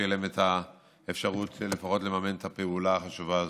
שתהיה להם לפחות האפשרות לממן את הפעולה החשובה הזאת.